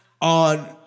on